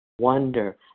wonder